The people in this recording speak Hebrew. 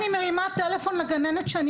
אני מרימה טלפון לגננת שאני